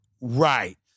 Right